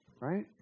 Right